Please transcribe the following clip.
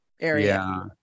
area